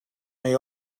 may